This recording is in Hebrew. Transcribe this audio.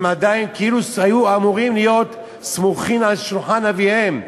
הם עדיין היו אמורים להיות סמוכים על שולחן אביהם.